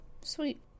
Sweet